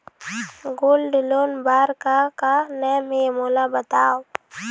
Gold loan बार का का नेम हे, मोला बताव?